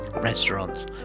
restaurants